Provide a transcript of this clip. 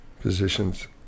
positions